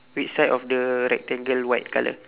which side of the rectangle white colour